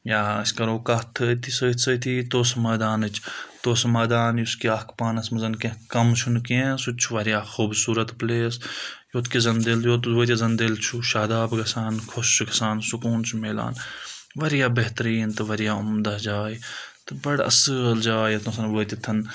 یا أسۍ کَرو کَتھ أتھۍ سۭتۍ سۭتی توسہٕ مٲدانٕچ توسہٕ مٲدان یُس کہِ اَکھ پانَس منٛز کینٛہہ کَم چھُنہٕ کینٛہہ سُہ تہِ چھُ واریاہ خوٗبصوٗرت پٕلیس یوٚت کِس زَن دِل یوت وٲتِس زَن دِل چھُ شاد گژھان خۄش چھُ گَژھان سکوٗن چھُ میلان واریاہ بہتریٖن تہٕ واریاہ عمدہ جاے تہٕ بَڑٕ اَصٕل جاے یَتھ نہٕ وٲتِتھ